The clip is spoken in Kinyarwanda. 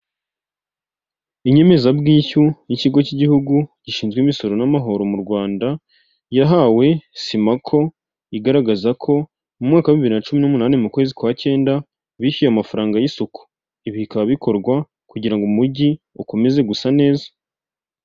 Inyemezabwishyu y'ikigo cy'igihugu gishinzwe imisoro n'amahoro mu Rwanda, yahawe simako igaragaza ko mu mwaka wa bibiri na cumi n'umunani mu kwezi kwa cyenda bishyuye amafaranga y'isuku, ibi bikaba bikorwa kugira ngo umujyi ukomeze gusa neza.